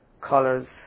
colors